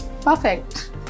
Perfect